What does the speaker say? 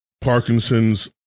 Parkinson's